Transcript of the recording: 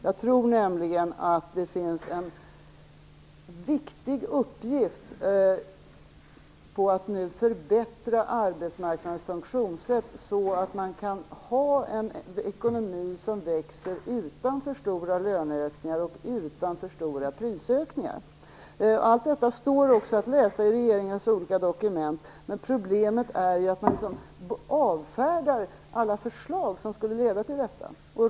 Jag tror nämligen att det finns en viktig uppgift i att nu förbättra arbetsmarknadens funktionssätt så att man kan ha en ekonomi som växer utan alltför stora löneökningar och prisökningar. Allt detta står också att läsa i regeringens olika dokument. Men problemet är att man avfärdar alla förslag som skulle leda till detta.